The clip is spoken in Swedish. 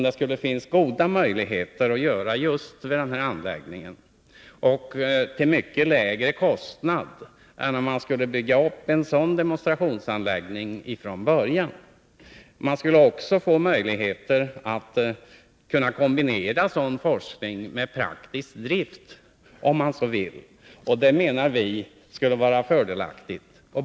Det skulle finnas goda möjligheter härtill just vid den aktuella anläggningen, och till mycket lägre kostnad än om man skulle bygga upp en motsvarande demonstrationsanläggning från början. Man skulle vidare få möjligheter att kombinera sådan forskning med praktisk drift, om man så vill. Vi menar att det skulle vara fördelaktigt.